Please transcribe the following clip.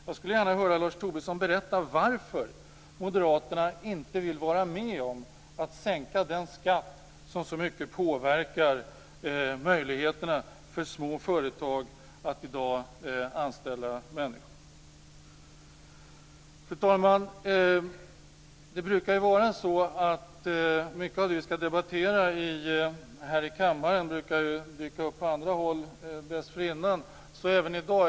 Jag skulle gärna vilja höra Lars Tobisson berätta varför Moderaterna inte vill vara med om att sänka denna skatt som så mycket påverkar möjligheterna för små företag att i dag anställa människor. Fru talman! Det brukar ju vara så att mycket av det som vi skall debattera här i kammaren dyker upp på andra håll dessförinnan. Så även i dag.